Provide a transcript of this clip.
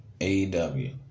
AEW